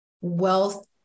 wealth